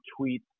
tweets